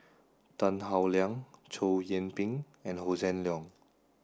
Tan Howe Liang Chow Yian Ping and Hossan Leong